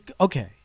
Okay